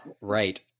Right